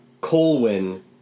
Colwyn